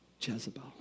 Jezebel